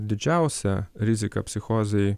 didžiausia rizika psichozei